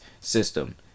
system